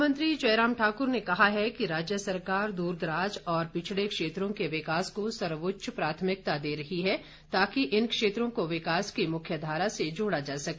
मुख्यमंत्री जयराम ठाक्र ने कहा है कि राज्य सरकार दूर दराज और पिछड़े क्षेत्रों के विकास को सर्वोच्च प्राथमिकता दे रही है ताकि इन क्षेत्रों को विकास की मुख्यधारा से जोड़ा जा सके